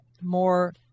more